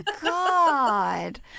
God